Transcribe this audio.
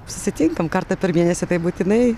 susitinkam kartą per mėnesį tai būtinai